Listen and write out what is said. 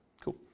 Cool